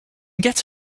get